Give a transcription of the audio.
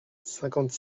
cinquante